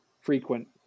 frequent